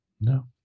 no